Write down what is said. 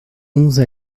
onze